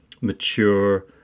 mature